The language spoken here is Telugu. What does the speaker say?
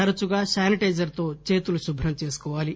తరచుగా శానిటైజర్ తో చేతులు శుభ్రం చేసుకోవాలి